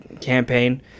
campaign